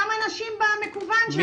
אותם אנשים במקוון.